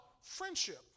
friendship